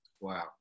Wow